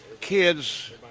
kids